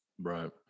Right